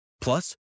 Plus